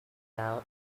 now